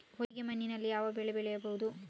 ಹೊಯ್ಗೆ ಮಣ್ಣಿನಲ್ಲಿ ಯಾವ ಬೆಳೆ ಬೆಳೆಯಬಹುದು?